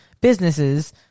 businesses